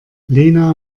lena